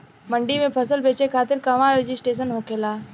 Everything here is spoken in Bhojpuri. मंडी में फसल बेचे खातिर कहवा रजिस्ट्रेशन होखेला?